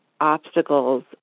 obstacles